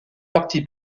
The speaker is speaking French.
parti